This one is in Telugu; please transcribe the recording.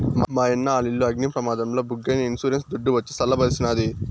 మాయన్న ఆలిల్లు అగ్ని ప్రమాదంల బుగ్గైనా ఇన్సూరెన్స్ దుడ్డు వచ్చి సల్ల బరిసినాది